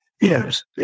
yes